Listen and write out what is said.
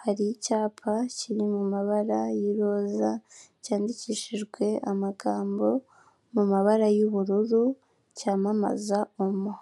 hari icyapa kiri mu mabara y'iroza, cyandikishijwe amagambo mu mabara y'ubururu, cyamamaza omo.